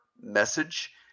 message